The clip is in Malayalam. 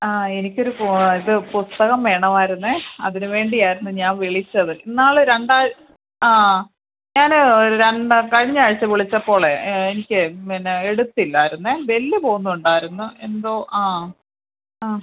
ആ എനിക്ക് ഒരു ഇത് പുസ്തകം വേണമായിരുന്നു അതിന് വേണ്ടിയായിരുന്നു ഞാൻ വിളിച്ചത് ഇന്നാൾ രണ്ടാഴ്ച ആ ഞാൻ ഒരു രണ്ട് കഴിഞ്ഞ ആഴ്ച വിളിച്ചപ്പോൾ എനിക്ക് പിന്നെ എടുത്തില്ലായിരുന്നു ബെല്ല് പോകുന്നുണ്ടായിരുന്നു എന്തോ ആ ആ